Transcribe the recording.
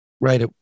Right